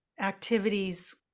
activities